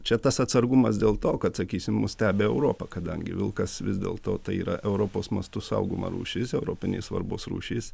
čia tas atsargumas dėl to kad sakysim mus stebi europa kadangi vilkas vis dėl to tai yra europos mastu saugoma rūšis europinės svarbos rūšis